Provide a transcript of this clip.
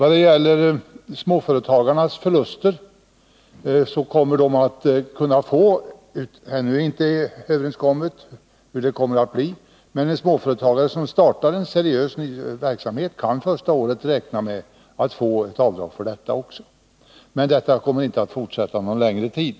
Vad gäller småföretagarnas förluster har man ännu inte kommit överens om hur det kommer att bli, men en småföretagare som startar en seriös, ny verksamhet kan första året räkna med att få avdrag för förluster. Men avdragsrätten kommer inte att kvarstå någon längre tid.